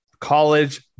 college